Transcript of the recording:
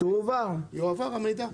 יועבר המידע.